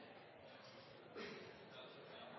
Statsråd